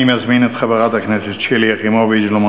אני מזמין את חברת הכנסת שלי יחימוביץ לומר